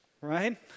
right